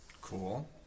Cool